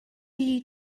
you